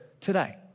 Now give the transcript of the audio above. today